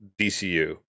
DCU